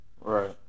Right